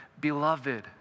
Beloved